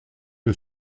the